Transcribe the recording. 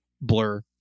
Blur